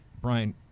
Brian